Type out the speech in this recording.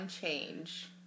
change